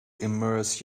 immerse